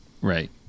Right